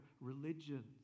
religions